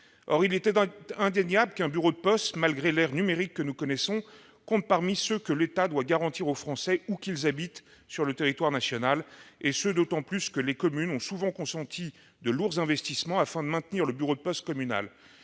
Il est indéniable qu'un bureau de poste, malgré l'ère numérique dans laquelle nous vivons, compte parmi ceux que l'État doit garantir aux Français, où qu'ils habitent sur le territoire national, d'autant que les communes ont souvent consenti de lourds investissements pour maintenir le bureau de poste communal.